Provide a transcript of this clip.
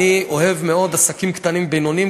אני אוהב מאוד עסקים קטנים ובינוניים,